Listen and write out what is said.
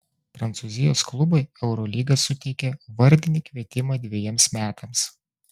prancūzijos klubui eurolyga suteikė vardinį kvietimą dvejiems metams